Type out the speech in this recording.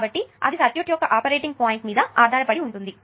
కాబట్టి అది సర్క్యూట్ యొక్క ఆపరేటింగ్ పాయింట్ మీద ఆధారపడి ఉంటుంది